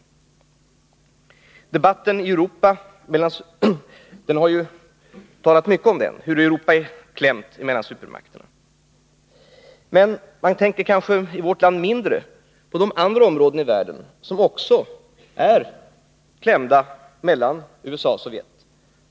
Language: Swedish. I debatten har det ju talats mycket om hur Europa är klämt mellan stormakterna, men man tänker kanske i vårt land mindre på de andra områden i världen som också ligger mellan USA och Sovjet.